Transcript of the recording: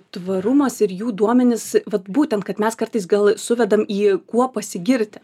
tvarumas ir jų duomenys vat būtent kad mes kartais gal suvedam į kuo pasigirti